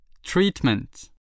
Treatment